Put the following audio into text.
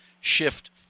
shift